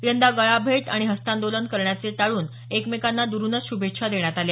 यंदा गळाभेट आणि हस्तांदोलन करण्याचे टाळून एकमेकांना दुरूनच शुभेच्छा देण्यात आल्या